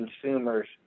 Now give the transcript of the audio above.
consumers